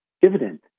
dividend